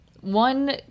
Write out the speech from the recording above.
one